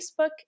Facebook